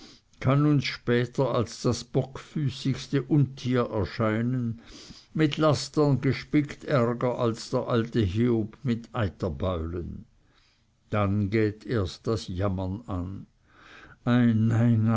kann uns später als das bockfüßigste untier erscheinen mit lastern gespickt ärger als der alte hiob mit eiterbeulen dann geht erst das jammern an ei